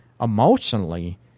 emotionally